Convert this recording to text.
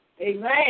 Amen